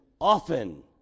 often